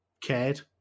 cared